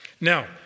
Now